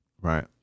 right